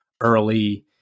early